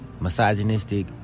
misogynistic